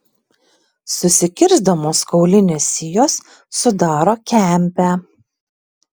susikirsdamos kaulinės sijos sudaro kempę